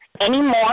anymore